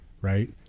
Right